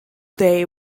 day